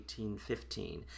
1815